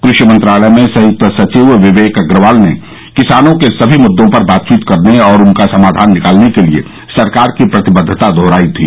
कृषि मंत्रालय में संयुक्त सचिव विवेक अग्रवाल ने किसानों के सभी मुद्दों पर बातचीत करने और उनका समाधान निकालने के लिए सरकार की प्रतिबद्वता दोहराई थी